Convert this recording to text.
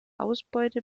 ausbeute